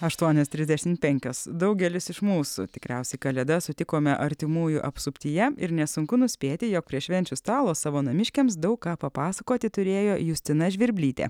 aštuonios trisdešimt penkios daugelis iš mūsų tikriausiai kalėdas sutikome artimųjų apsuptyje ir nesunku nuspėti jog prie švenčių stalo savo namiškiams daug ką papasakoti turėjo justina žvirblytė